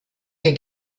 der